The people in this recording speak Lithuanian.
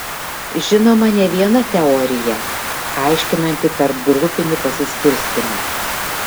žinoma ne viena teorija aiškinanti tarpgrupinį pasiskirstymą